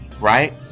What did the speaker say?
right